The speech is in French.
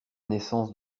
naissance